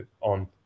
on